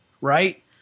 right